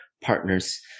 Partners